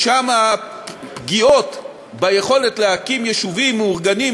כי שם הפגיעות ביכולת להקים יישובים מאורגנים,